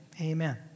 amen